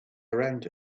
around